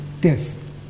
death